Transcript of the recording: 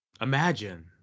imagine